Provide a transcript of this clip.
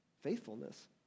Faithfulness